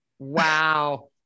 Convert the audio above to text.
Wow